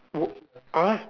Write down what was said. wo~ uh